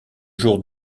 jour